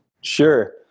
Sure